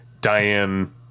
Diane